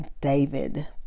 David